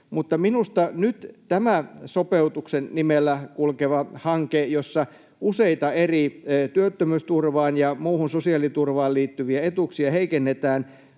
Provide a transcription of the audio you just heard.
minusta nyt tämä sopeutuksen nimellä kulkeva hanke, jossa useita eri työttömyysturvaan ja muuhun sosiaaliturvaan liittyviä etuuksia heikennetään,